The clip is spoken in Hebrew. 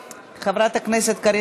חברת הכנסת מרב מיכאלי,